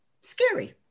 scary